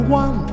one